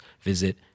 visit